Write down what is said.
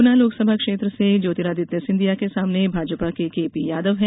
गुना लोकसभा क्षेत्र से ज्योतिरादित्य सिंधिया के सामने भाजपा के केपी यादव हैं